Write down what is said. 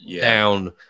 down